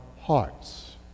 hearts